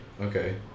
okay